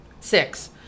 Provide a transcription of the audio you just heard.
Six